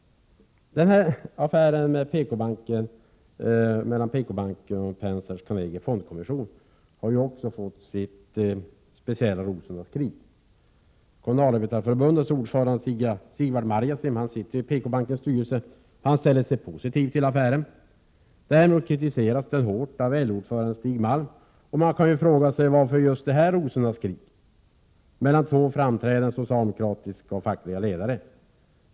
Den här affären mellan PKbanken och Pensers företag Carnegie Fondkommission har ju också lett till ett speciellt ”Rosornas krig”. Kommunalarbetareförbundets ordförande Sigvard Marjasin sitter i PKbankens styrelse, och han ställer sig positiv till affären. Däremot kritiseras den hårt av LO-ordföranden Stig Malm, och man kan ju fråga sig varför det är just ett rosornas krig mellan två framträdande socialdemokratiska fackliga ledare.